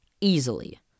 Easily